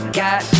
got